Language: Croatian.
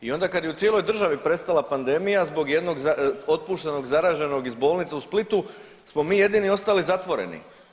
I onda kada je u cijeloj državi prestala pandemija zbog jednog otpuštenog, zaraženog iz bolnice u Splitu smo mi jedini ostali zatvoreni.